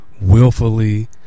willfully